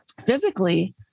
Physically